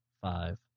five